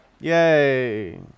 Yay